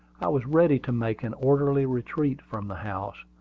i was ready to make an orderly retreat from the house.